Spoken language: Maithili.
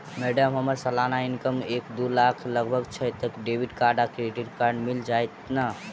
मैडम हम्मर सलाना इनकम एक दु लाख लगभग छैय तऽ डेबिट कार्ड आ क्रेडिट कार्ड मिल जतैई नै?